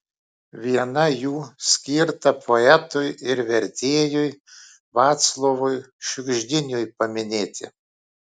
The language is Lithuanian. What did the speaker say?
viena jų skirta poetui ir vertėjui vaclovui šiugždiniui paminėti